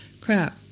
Crap